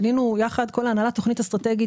בנינו יחד כל ההנהלה תכנית אסטרטגית